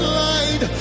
light